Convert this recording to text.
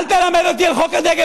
אל תלמד אותי על חוק הדגל.